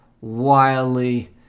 wildly